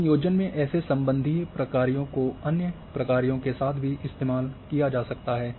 संयोजन में ऐसे संबंधीय प्रकार्यों को अन्य प्रकार्यों के साथ भी इस्तेमाल किया जा सकता है